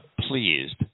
pleased